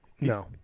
No